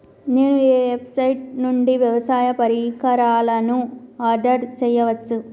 నేను ఏ వెబ్సైట్ నుండి వ్యవసాయ పరికరాలను ఆర్డర్ చేయవచ్చు?